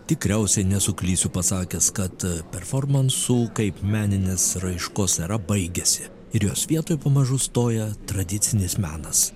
tikriausiai nesuklysiu pasakęs kad performansų kaip meninės raiškos era baigiasi ir jos vietoj pamažu stoja tradicinis menas